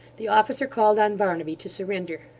the officer called on barnaby to surrender.